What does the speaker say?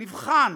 נבחן,